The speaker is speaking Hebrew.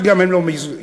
שגם הן לא מיושמות.